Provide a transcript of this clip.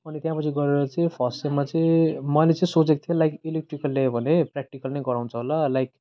अनि त्यहाँपछि गरेर चाहिँ फर्स्ट सेममा चाहिँ मैले चाहिँ सोचेको थिएँ लाइक इलेक्ट्रिकल लियो भने प्र्याक्ट्रिकल नै गराउँछ होला लाइक